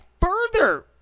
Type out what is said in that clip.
further